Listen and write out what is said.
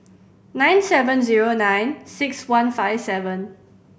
nine seven zero nine six one five seven